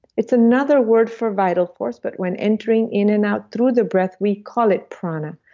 it's another word for vital force, but when entering in and out through the breath we call it prana.